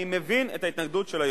אני מבין את ההתנגדות של הירוקים.